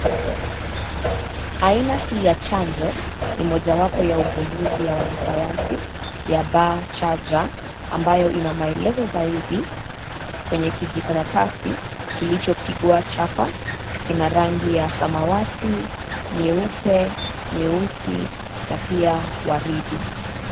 Aina hii ya chanjo, ni mojawapo ya uvumbuzi ya wanasayansi, ya BCG , ambayo ina maelezo zaidi, kwenye kijikaratasi, kilichopigwa chapa, kina rangi ya samawati, nyeupe, nyeusi na pia waridi.